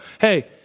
hey